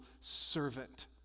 servant